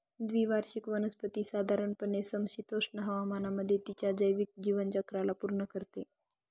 द्विवार्षिक वनस्पती साधारणपणे समशीतोष्ण हवामानामध्ये तिच्या जैविक जीवनचक्राला पूर्ण करते